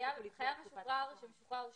חייל משוחרר שמשוחרר שנתיים,